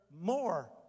more